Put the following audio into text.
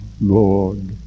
Lord